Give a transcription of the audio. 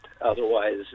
Otherwise